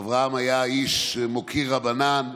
אברהם היה איש מוקיר רבנן,